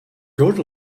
good